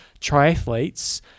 triathletes